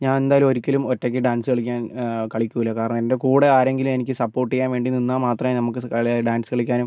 ഞാൻ എന്തായാലും ഒരിക്കലും ഒറ്റക്ക് ഡാൻസ് കളിക്കാൻ കളിക്കില്ല കാരണം എൻ്റെ കൂടെ ആരെങ്കിലും എനിക്ക് സപ്പോർട്ട് ചെയ്യാൻ വേണ്ടി നിന്നാൽ മാത്രമേ നമുക്ക് കളി ഡാൻസ് കളിക്കാനും